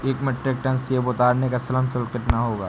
एक metric tonne सेव उतारने का श्रम शुल्क कितना होगा?